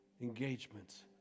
engagements